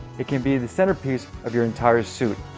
it can be the centerpiece of your entire suit,